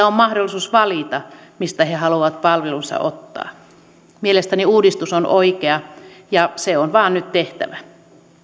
on mahdollisuus valita mistä he haluavat palvelunsa ottaa mielestäni uudistus on oikea ja se on vain nyt tehtävä